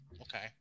Okay